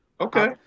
Okay